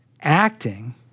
acting